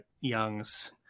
Young's